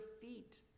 feet